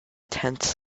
tenths